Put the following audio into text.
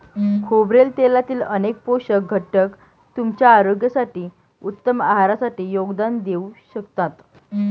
खोबरेल तेलातील अनेक पोषक घटक तुमच्या आरोग्यासाठी, उत्तम आहारासाठी योगदान देऊ शकतात